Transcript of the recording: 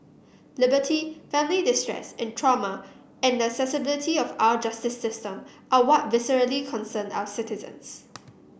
liberty family distress and trauma and the accessibility of our justice system are what viscerally concern our citizens